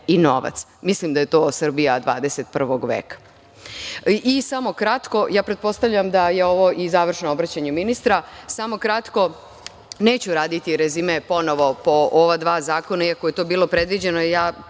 Mislim da je to Srbija 21. veka. Samo